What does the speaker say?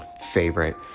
favorite